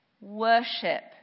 worship